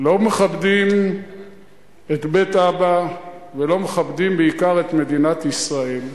לא מכבדים את בית אבא ולא מכבדים בעיקר את מדינת ישראל.